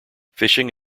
fishing